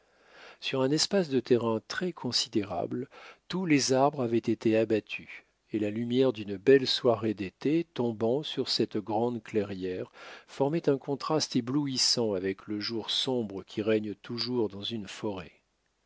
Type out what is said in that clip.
sur un espace de terrain très considérable tous les arbres avaient été abattus et la lumière d'une belle soirée d'été tombant sur cette grande clairière formait un contraste éblouissant avec le jour sombre qui règne toujours dans une forêt